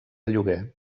lloguer